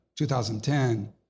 2010